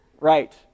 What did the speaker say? Right